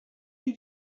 did